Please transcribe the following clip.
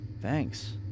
Thanks